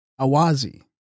Awazi